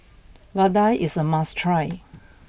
vadai is a must try